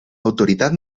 autoridad